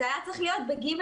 זה היה צריך להיות ב-(ג3).